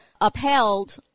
upheld